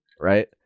Right